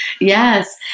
yes